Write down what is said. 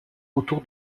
autour